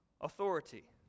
authority